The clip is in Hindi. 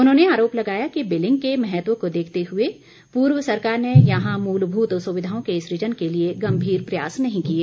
उन्होंने आरोप लगाया कि बिलिंग के महत्व को देखते हुए पूर्व सरकार ने यहां मूलभूत सुविधाओं के सुजन के लिए गम्भीर प्रयास नहीं किए